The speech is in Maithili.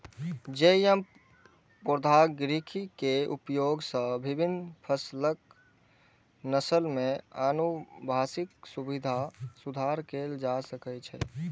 जी.एम प्रौद्योगिकी के उपयोग सं विभिन्न फसलक नस्ल मे आनुवंशिक सुधार कैल जा सकै छै